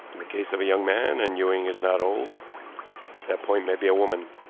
in the case of a young man and ewing is not old that point may be a woman.